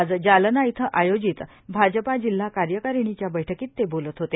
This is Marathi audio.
आज जालना इथं आयोजित भाजपा जिल्हा कार्यकारिणीच्या बैठकीत ते बोलत होते